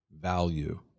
value